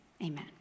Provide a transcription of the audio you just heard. Amen